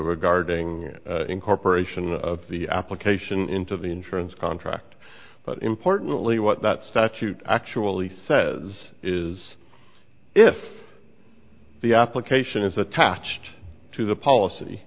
regarding incorporation of the application into the insurance contract but importantly what that statute actually says is if the application is attached to the policy